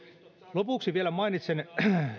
lopuksi vielä mainitsen